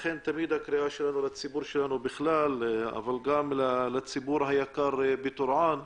לכן הקריאה שלנו תמיד לציבור שלנו אבל גם לציבור היקר בטורעאן,